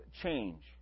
change